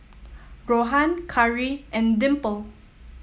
Rohan Karri and Dimple